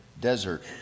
desert